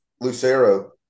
Lucero